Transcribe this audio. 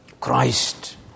Christ